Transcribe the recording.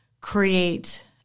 create